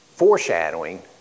foreshadowing